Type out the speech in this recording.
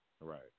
Right